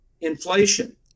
inflation